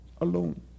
alone